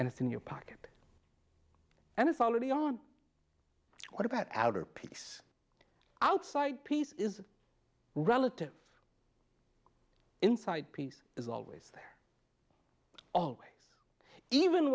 and it's in your pocket and it's already on what about our peace outside peace is relative inside peace is always there oh even